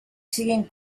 siguin